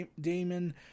Damon